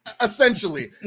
Essentially